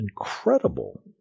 incredible